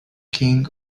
king